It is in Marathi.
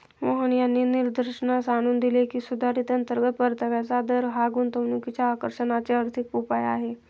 मोहन यांनी निदर्शनास आणून दिले की, सुधारित अंतर्गत परताव्याचा दर हा गुंतवणुकीच्या आकर्षणाचे आर्थिक उपाय आहे